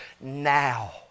now